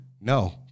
No